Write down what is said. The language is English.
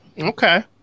Okay